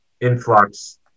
influx